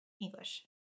English